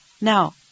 Now